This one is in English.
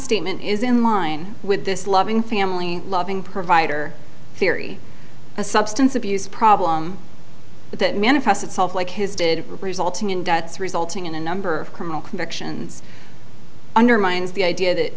statement is in line with this loving family loving provider theory a substance abuse problem that manifests itself like his did resulting in death resulting in a number of criminal convictions undermines the idea that